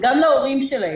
וגם להורים שלהם.